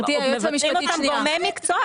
מבצעים אותם גורמי המקצוע,